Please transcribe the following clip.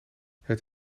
het